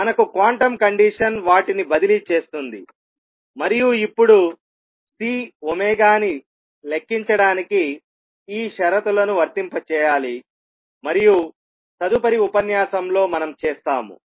మనకు quantum condition వాటిని బదిలీ చేస్తుంది మరియు ఇప్పుడు C ని లెక్కించడానికి ఈ షరతులను వర్తింపజేయాలి మరియు తదుపరి ఉపన్యాసంలో మనం చేస్తాము